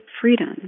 freedom